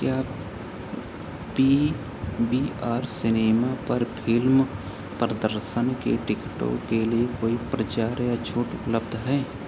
क्या P V R cinema पर film प्रदर्शन के टिकटों के लिए कोई प्रचार या छूट उपलब्ध है